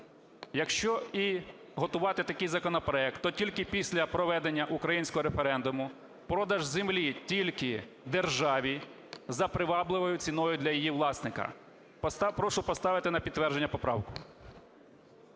якщо і готувати такий законопроект, то тільки після проведення українського референдуму, продаж землі тільки державі за привабливою ціною для її власника. Прошу поставити на підтвердження поправку.